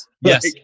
yes